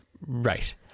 Right